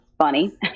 funny